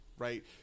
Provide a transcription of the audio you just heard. right